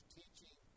teaching